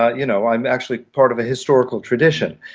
ah you know. i'm actually part of a historical tradition.